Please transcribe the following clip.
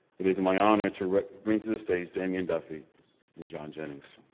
it is my honor to bring to the stage damian duffy and john jennings.